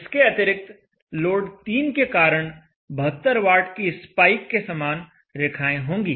इसके अतिरिक्त लोड 3 के कारण 72 वाट की स्पाइक के समान रेखाएं होंगी